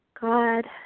God